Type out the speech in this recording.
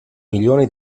milione